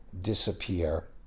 disappear